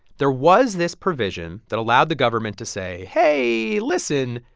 there was this provision that allowed the government to say, hey, listen,